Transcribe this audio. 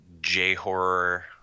J-horror